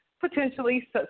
potentially